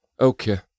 okay